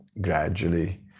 gradually